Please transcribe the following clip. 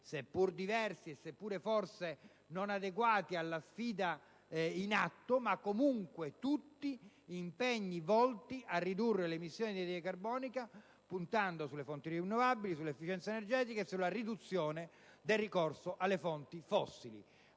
seppur diversi e forse non adeguati alla sfida in atto, comunque tutti volti a ridurre le emissioni di anidride carbonica puntando sulle fonti rinnovabili, sull'efficienza energetica e sulla riduzione del ricorso alle fonti fossili.